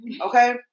Okay